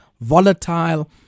volatile